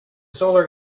solar